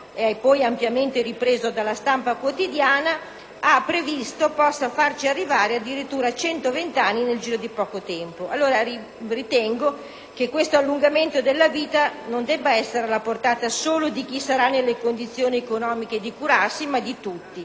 ampiamente ripresa dalla stampa quotidiana), ha previsto possa farci arrivare addirittura a 120 anni nel giro di poco tempo. Ritengo che questo allungamento della vita non debba essere alla portata solo di chi sarà nelle condizioni economiche di curarsi, ma di tutti.